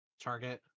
Target